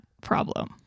problem